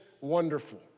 wonderful